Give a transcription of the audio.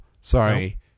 sorry